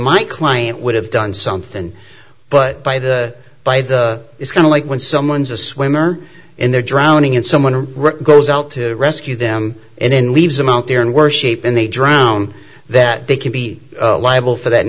my client would have done something but by the by the it's kind of like when someone's a swimmer and they're drowning and someone goes out to rescue them and then leaves them out there in worship and they drown that they can be liable for th